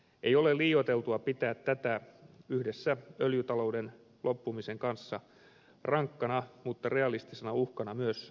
ei ole liioiteltua pitää tätä yhdessä öljytalouden loppumisen kanssa rankkana mutta realistisena uhkana myös suomelle